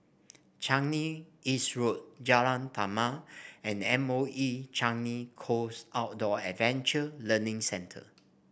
Changi East Road Jalan Taman and M O E Changi Coast Outdoor Adventure Learning Centre